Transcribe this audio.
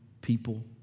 people